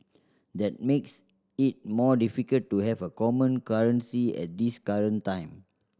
that makes it more difficult to have a common currency at this current time